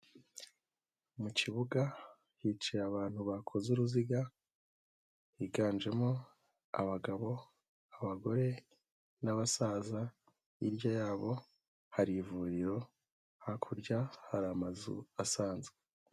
Mu kibuga hicaye abantu bakoze uruziga, higanjemo abagabo, abagore, n'abasaza, hirya yabo hari ivuriro, hakurya hari amazu asanzwe.